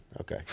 okay